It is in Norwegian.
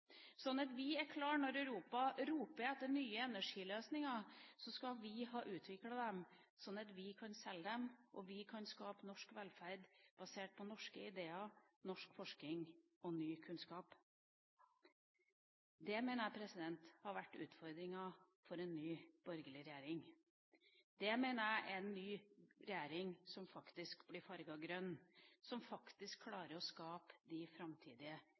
når Europa roper etter nye energiløsninger, så skal vi ha utviklet dem slik at vi kan selge dem og skape norsk velferd basert på norske ideer, norsk forsking og ny kunnskap. Det mener jeg har vært utfordringa for en ny borgerlig regjering. Det mener jeg er en ny regjering som faktisk blir farget grønn, og som faktisk klarer å skape de framtidige